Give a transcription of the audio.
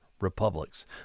republics